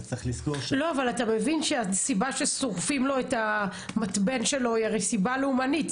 אבל אתה מבין שהסיבה ששורפים לו את המתבן שלו היא הרי סיבה לאומנית.